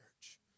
church